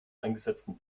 eingesetzten